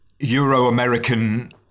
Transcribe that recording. euro-american